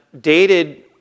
dated